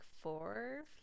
four